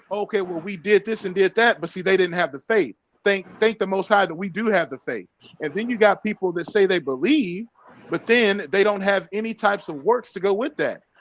okay well, we did this and did that but see they didn't have the faith they think the most high that we do have the faith and then you've got people that say they believe but then they don't have any types of works to go with that.